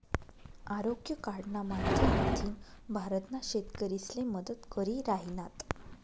आरोग्य कार्डना माध्यमथीन भारतना शेतकरीसले मदत करी राहिनात